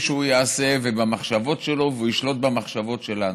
שהוא יעשה ובמחשבות שלו והוא ישלוט במחשבות שלנו,